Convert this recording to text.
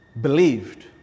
believed